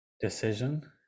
decision